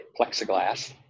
plexiglass